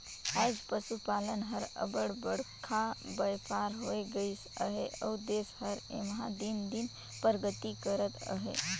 आएज पसुपालन हर अब्बड़ बड़खा बयपार होए गइस अहे अउ देस हर एम्हां दिन दिन परगति करत अहे